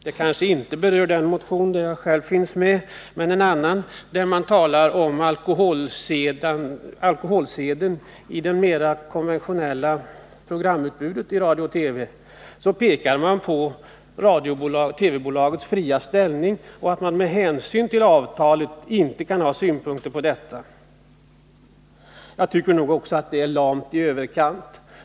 Beträffande en annan motion talar man om alkoholseden i det mera konventionella programutbudet i radion och televisionen, pekar på programföretagens fria ställning och säger att man med hänsyn till avtalet med staten inte kan ha några synpunkter på detta. Jag tycker att också detta är lamt i överkant.